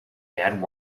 bad